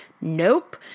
nope